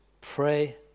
pray